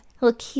look